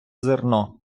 зерно